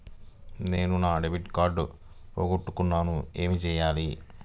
నేను నా debit card పోగొట్టుకున్నాను ఏమి చేయాలి?